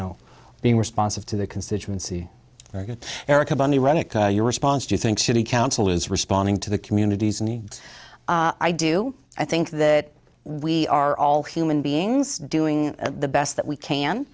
know being responsive to their constituency erica bunny running your response do you think city council is responding to the communities and i do i think that we are all human beings doing the best that we can